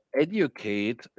educate